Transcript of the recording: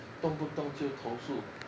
动不动就投诉